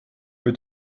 mit